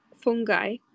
fungi